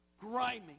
Grimy